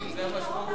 זו המשמעות,